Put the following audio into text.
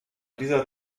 dieser